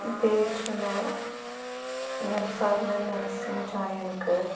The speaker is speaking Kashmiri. بیٚیہِ چھُ مےٚ ییٚمہِ ساتہٕ مےٚ نٔرسِنٛگ جوٚیِن کٔر